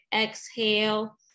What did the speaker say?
exhale